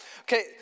Okay